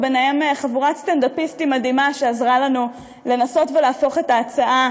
וביניהם חבורת סטנדאפיסטים מדהימה שעזרה לנו לנסות ולהפוך את ההצעה